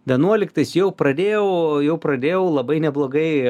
vienuoliktais jau pradėjau jau pradėjau labai neblogai